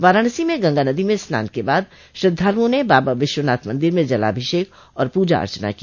वाराणसी में गंगा नदी में स्नान के बाद श्रद्धालुओं ने बाबा विश्वनाथ मन्दिर में जलाभिषेक और पूजा अर्चना की